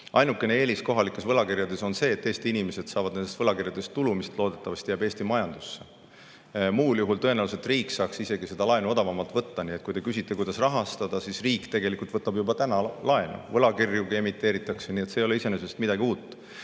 Ainuke eelis kohalikel võlakirjadel on see, et Eesti inimesed saavad nendest võlakirjadest tulu, mis loodetavasti jääb Eesti majandusse. Muul juhul saaks riik tõenäoliselt isegi laenu odavamalt võtta. Nii et kui te küsite, kuidas rahastada, siis riik tegelikult juba võtab laenu, võlakirjugi emiteeritakse. See ei ole iseenesest midagi uut.